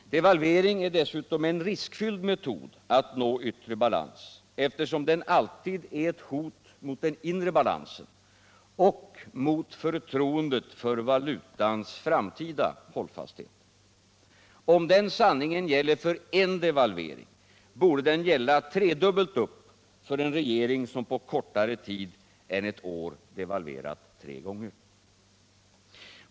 Devalveringen är dessutom en riskfylld metod att nå yttre balans, eftersom den alltid är ett hot mot den inre balansen och mot förtroendet för valutans framtida hållfasthet. Om denna sanning gäller för en devalvering, borde den gälla tredubbelt upp för en regering som på kortare tid än ett år devalverat tre gånger.